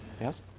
Yes